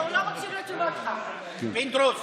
פינדרוס,